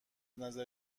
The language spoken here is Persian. نظر